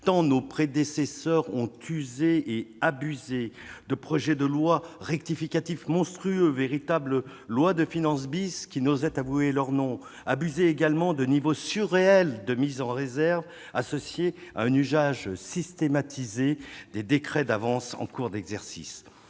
tant nos prédécesseurs ont usé et abusé de projets de loi de finances rectificative monstrueux, véritables « lois de finances qui n'osaient dire leur nom ; abusé, aussi, de niveaux surréels de mises en réserve, associés à un usage systématisé des décrets d'avance en cours d'exercice.